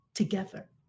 together